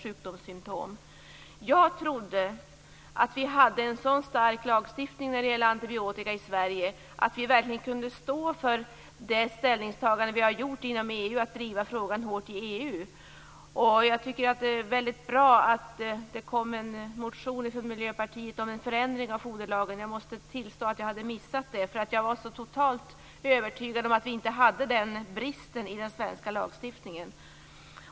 Jag trodde att vi hade en så stark lagstiftning när det gäller antibiotika i Sverige att vi verkligen kunde stå för det ställningstagande som vi gjort inom EU, att driva frågan hårt i EU. Jag tycker att det är väldigt bra att det kom en motion från Miljöpartiet om en förändring av foderlagen. Jag måste tillstå att jag hade missat det. Jag var så totalt övertygad om att vi inte hade den bristen i den svenska lagstiftningen.